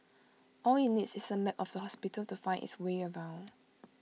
all IT needs is A map of the hospital to find its way around